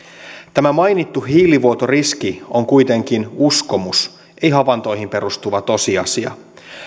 tämä mainittu hiilivuotoriski on kuitenkin uskomus ei havaintoihin perustuva tosiasia